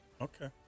Okay